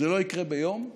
זה לא יקרה ביום,